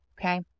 okay